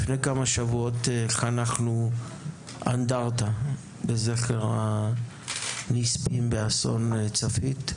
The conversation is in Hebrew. לפני כמה שבועות חנכנו אנדרטה לזכר הנספים באסון צפית,